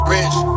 Rich